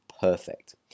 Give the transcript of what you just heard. perfect